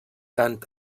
tant